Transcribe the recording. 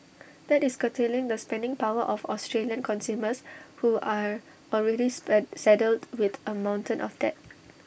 that is curtailing the spending power of Australian consumers who are already saddled with A mountain of debt